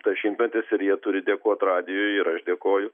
tas šimtmetis ir jie turi dėkot radijui ir aš dėkoju